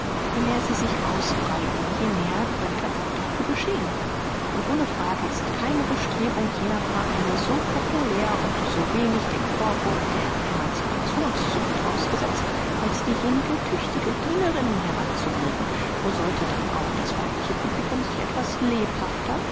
je mehr sie sich ausbreiten je mehr könnte auch dafür geschehen und ohne frage ist keine bestrebung jener vereine so populär und so wenig dem vorwurf der emancipationssucht ausgesetzt als diejenige tüchtige dienerinnen heranzubilden nur sollte dann auch das weibliche publikum sich etwas lebhafter